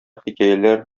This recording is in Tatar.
хикәяләр